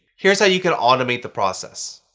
here's how you can automate the process.